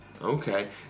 Okay